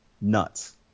nuts